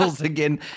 again